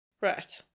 Right